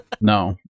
No